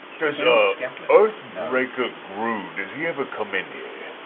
does so like and earthbreaker groon, does he ever come in here?